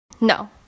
No